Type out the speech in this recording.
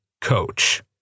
coach